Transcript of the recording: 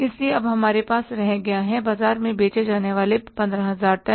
इसलिए अब हमारे पास रह गया है बाजार में बेचे जाने वाले 15000 टन